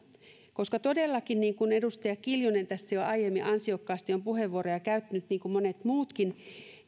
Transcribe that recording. koska todellakin mistä edustaja kiljunen tässä jo aiemmin ansiokkaasti on puheenvuoroja käyttänyt niin kuin monet muutkin